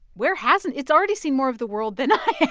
where hasn't it's already seen more of the world than i